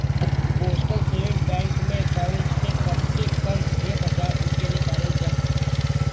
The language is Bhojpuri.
पोस्टल सेविंग बैंक में अकाउंट से कम से कम हे पचास रूपया निकालल जा सकता